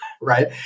right